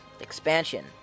expansion